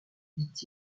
dit